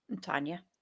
Tanya